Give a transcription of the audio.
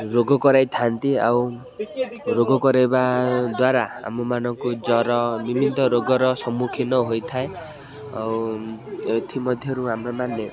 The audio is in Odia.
ରୋଗ କରାଇଥାନ୍ତି ଆଉ ରୋଗ କରାଇବା ଦ୍ଵାରା ଆମମାନଙ୍କୁ ଜ୍ୱର ରୋଗର ସମ୍ମୁଖୀନ ହୋଇଥାଏ ଆଉ ଏଥିମଧ୍ୟରୁ ଆମେମାନେ